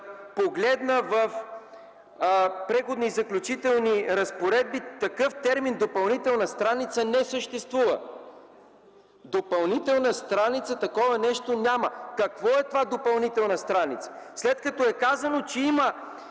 погледна в Преходните и заключителните разпоредби – такъв термин „допълнителна страница” не съществува. Такова нещо няма. Какво е това „допълнителна страница”? След като е казано, че има